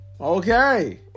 Okay